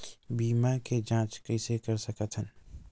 बीमा के जांच कइसे कर सकत हन?